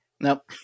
Nope